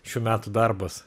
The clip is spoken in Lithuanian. šių metų darbas